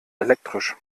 elektrisch